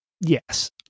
yes